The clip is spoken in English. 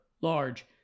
Large